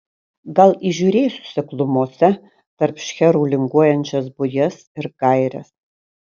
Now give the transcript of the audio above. gal įžiūrėsiu seklumose tarp šcherų linguojančias bujas ir gaires